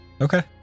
Okay